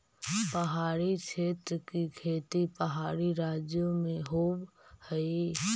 पहाड़ी क्षेत्र की खेती पहाड़ी राज्यों में होवअ हई